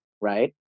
right